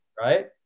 Right